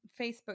Facebook